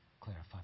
clarify